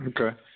Okay